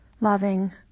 loving